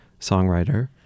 songwriter